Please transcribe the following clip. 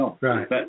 Right